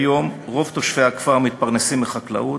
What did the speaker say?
כיום רוב תושבי הכפר מתפרנסים מחקלאות,